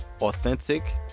authentic